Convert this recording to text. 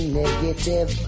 negative